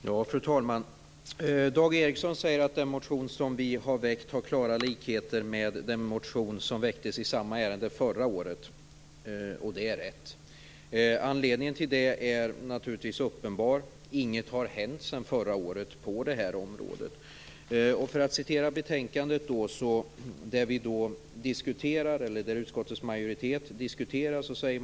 Fru talman! Dan Ericson säger att den motion som vi har väckt har klara likheter med den motion som väcktes i samma ärende förra året. Det är rätt. Anledningen till det är uppenbar. Inget har hänt sedan förra året på det här området. Jag vill hänvisa till betänkandet där utskottets majoritet diskuterar det här.